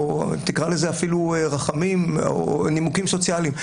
או תקרא לזה אפילו רחמים או נימוקים סוציאליים,